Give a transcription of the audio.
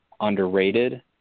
underrated